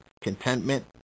contentment